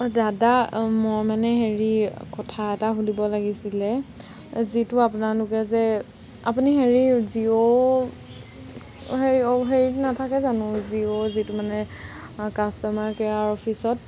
অ' দাদা মই মানে হেৰি কথা এটা সুুধিব লাগিছিলে যিটো আপোনালোকে যে আপুনি হেৰি জিঅ' হেৰি অ' হেৰি নাথাকে জানো জিঅ' যিটো মানে কাষ্টমাৰ কেয়াৰ অফিচত